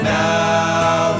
now